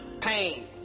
pain